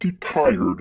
tired